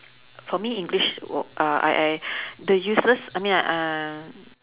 for me english w~ uh I I the useless I mean I uh